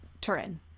Turin